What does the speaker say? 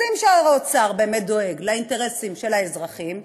אז אם שר האוצר באמת דואג לאינטרסים של האזרחים,